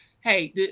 Hey